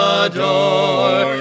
adore